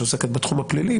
שעוסקת בתחום הפלילי,